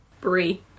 Brie